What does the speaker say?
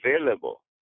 available